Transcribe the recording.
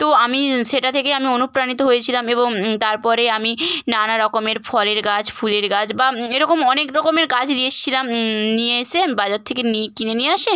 তো আমি সেটা থেকেই আমি অনুপ্রাণিত হয়েছিলাম এবং তারপরে আমি নানা রকমের ফলের গাছ ফুলের গাছ বা এরকম অনেক রকমের গাছ নিয়ে এসেছিলাম নিয়ে এসে বাজার থেকে নিই কিনে নিয়ে এসে